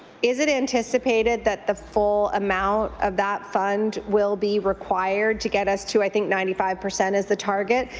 is it anticipated that the full amount of that fund will be required to get us to i think ninety five percent is the target?